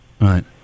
Right